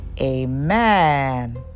Amen